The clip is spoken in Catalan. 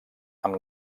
amb